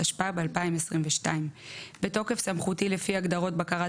התשפ"ב-2022 בתוקף סמכותי לפי הגדרות "בקרת